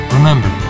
Remember